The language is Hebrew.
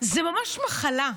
זאת ממש מחלה,